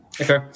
Okay